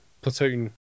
platoon